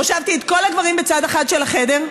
הושבתי את כל הגברים בצד אחד של החדר,